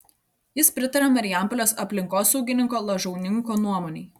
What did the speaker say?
jis pritarė marijampolės aplinkosaugininko lažauninko nuomonei